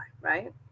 right